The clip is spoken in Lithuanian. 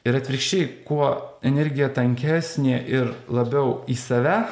ir atvirkščiai kuo energija tankesnė ir labiau į save